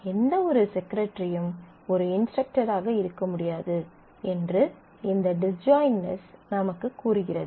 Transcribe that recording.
எந்தவொரு செக்ரட்ரியும் ஒரு இன்ஸ்ட்ரக்டராக இருக்க முடியாது என்று இந்த டிஸ்ஜாயிண்ட்னெஸ் நமக்குக் கூறுகிறது